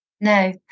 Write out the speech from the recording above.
No